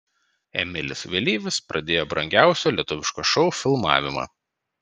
emilis vėlyvis pradėjo brangiausio lietuviško šou filmavimą